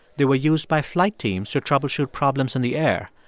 they were used by flight teams to troubleshoot problems in the air,